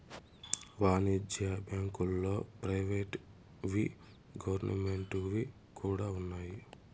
వాణిజ్య బ్యాంకుల్లో ప్రైవేట్ వి గవర్నమెంట్ వి కూడా ఉన్నాయి